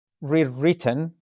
rewritten